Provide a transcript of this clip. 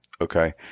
Okay